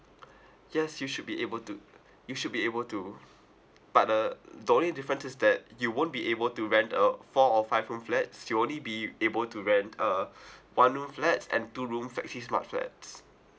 yes you should be able to you should be able to but uh the only difference is that you won't be able to rent a four or five room flats you'll only be able to rent uh one room flats and two room flexi smart flats